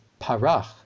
parach